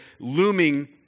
looming